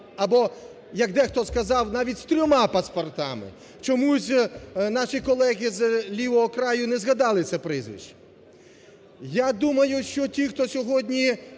або, як дехто сказав, навіть з трьома паспортами. Чомусь наші колеги з лівого краю не згадали це прізвище. Я думаю, що ті, хто сьогодні